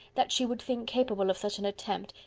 that she would think capable of such an attempt,